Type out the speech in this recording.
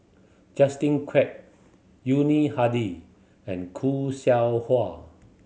Justin Quek Yuni Hadi and Khoo Seow Hwa